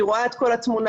היא רואה את כל התמונה,